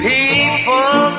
People